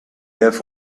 have